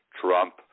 Trump